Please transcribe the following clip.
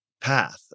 path